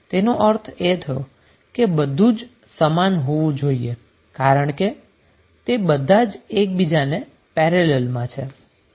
તેનો અર્થ એ થયો કે બધું જ સમાન હોવું જોઈએ કારણ કે તે બધા જ એકબીજાને પેરેલલમાં છે